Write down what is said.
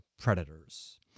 Predators